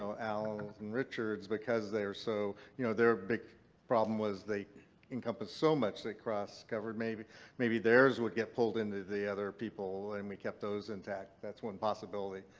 ah al's and and richard's because they're so. you know their big problem was they encompassed so much that cross covered. maybe maybe there's would get pulled into the other people and we kept those intact. that's one possibility.